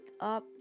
up